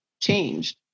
changed